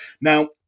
Now